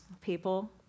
people